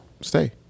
stay